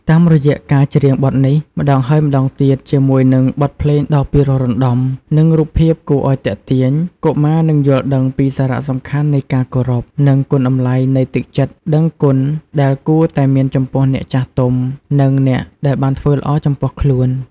តាមរយៈការច្រៀងបទនេះម្តងហើយម្តងទៀត ជាមួយនឹងភ្លេងដ៏ពិរោះរណ្ដំ និងរូបភាពគួរឲ្យទាក់ទាញ កុមារនឹងយល់ដឹងពីសារៈសំខាន់នៃការគោរព និងគុណតម្លៃនៃទឹកចិត្តដឹងគុណដែលគួរតែមានចំពោះអ្នកចាស់ទុំ និងអ្នកដែលបានធ្វើល្អចំពោះខ្លួន។